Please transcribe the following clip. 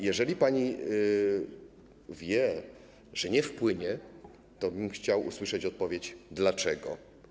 Jeżeli pani wie, że nie wpłynie, to chciałbym usłyszeć odpowiedź dlaczego.